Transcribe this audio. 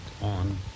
on